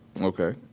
Okay